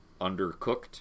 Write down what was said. undercooked